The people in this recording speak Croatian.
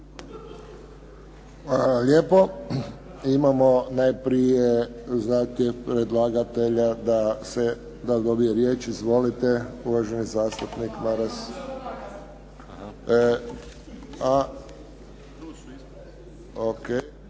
lijepo. Imamo najprije zahtjev predlagatelja da se, da dobije riječ. Izvolite. Uvaženi zastupnik Maras.